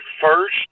first